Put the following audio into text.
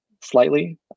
slightly